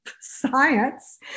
science